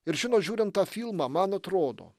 ir žinot žiūrint tą filmą man atrodo